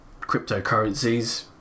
cryptocurrencies